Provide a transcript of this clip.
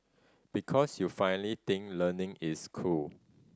because you finally think learning is cool